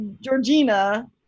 Georgina